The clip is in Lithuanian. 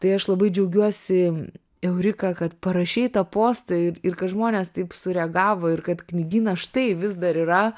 tai aš labai džiaugiuosi eurika kad parašei tą postą ir kad žmonės taip sureagavo ir kad knygynas štai vis dar yra